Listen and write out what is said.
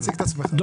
אחריו.